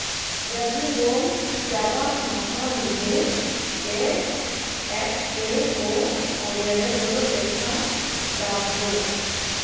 जब भी रोम जावा मौका मिलबे तो एफ ए ओ कार्यालय जरूर देखवा जा बो